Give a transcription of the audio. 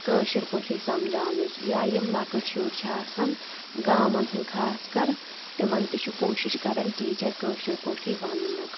کٲشِر پٲٹھی سَمجھونٕچ یا یِم لۄکٔٹ شُرۍ چھِ آسان گامَن ہٕندۍ خاص کر تِمن تہِ چھُ کوٗشِش کران ٹیٖچر کٲشِر پٲٹھی وَنُک